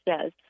says